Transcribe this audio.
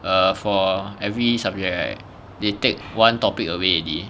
err for every subject right they take one topic away already